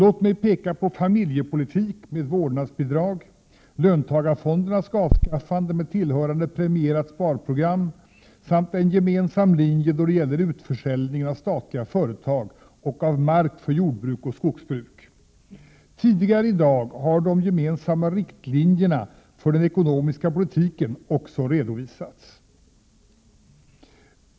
Låt mig peka på familjepolitiken med vårdnadsbidrag, löntagarfondernas avskaffande med tillhörande premierat sparprogram samt en gemensam linje då det gäller utförsäljningen av statliga företag och av mark för jordbruk och skogsbruk. Tidigare i dag har de gemensamma riktlinjerna för den ekonomiska politiken också redovisats.